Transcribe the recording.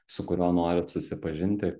su kuriuo norit susipažinti